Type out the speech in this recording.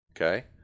Okay